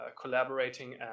collaborating